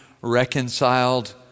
reconciled